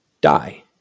die